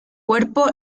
cuerpo